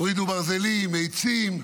הורידו ברזלים, עצים.